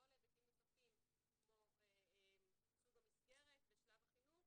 להיבטים נוספים כמו סוג המסגרת ושלב החינוך